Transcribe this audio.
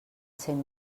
cent